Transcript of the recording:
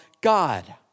God